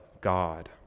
God